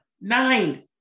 nine